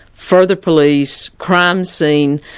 further police, crime scene,